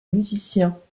musiciens